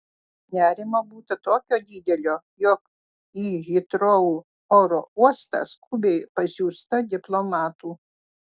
nerimo būta tokio didelio jog į hitrou oro uostą skubiai pasiųsta diplomatų